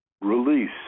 release